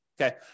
okay